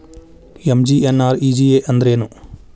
MGNREGA ಅಂದ್ರೆ ಏನು?